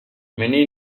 many